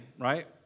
right